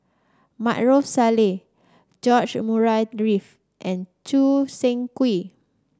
Maarof Salleh George Murray Reith and Choo Seng Quee